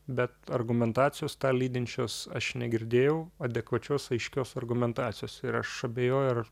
bet argumentacijos tą lydinčios aš negirdėjau adekvačios aiškios argumentacijos ir aš abejoju ar